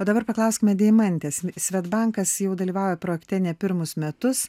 o dabar paklauskime deimantės swedbank kas jau dalyvauja projekte ne pirmus metus